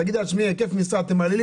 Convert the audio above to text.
תגידי לה: היקף משרה תמלאי,